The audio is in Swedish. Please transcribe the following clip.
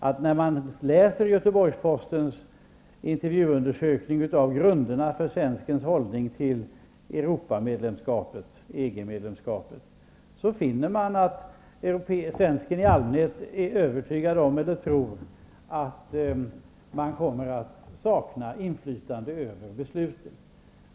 Den som tar del av Göteborgs-Postens intervjuundersökning beträffande grunderna för svenskens hållning till Europamedlemskapet, EG medlemskapet, finner att svensken i allmänhet är övertygad om, eller tror, att man kommer att sakna inflytande över besluten.